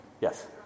Yes